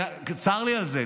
צר לי על זה,